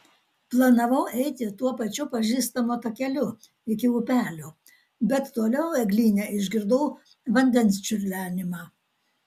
planavau eiti tuo pačiu pažįstamu takeliu iki upelio bet toliau eglyne išgirdau vandens čiurlenimą